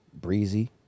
Breezy